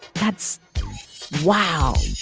that's wow